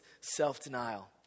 self-denial